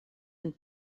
and